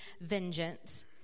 vengeance